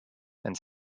and